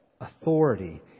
authority